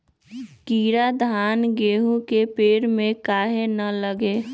कीरा धान, गेहूं के पेड़ में काहे न लगे?